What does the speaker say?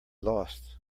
lost